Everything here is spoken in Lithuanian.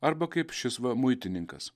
arba kaip šis va muitininkas